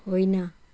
होइन